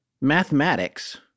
Mathematics